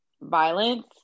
violence